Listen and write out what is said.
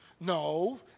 No